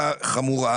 זה לא נכון.